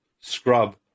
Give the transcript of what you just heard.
scrub